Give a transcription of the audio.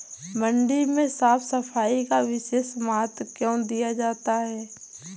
मंडी में साफ सफाई का विशेष महत्व क्यो दिया जाता है?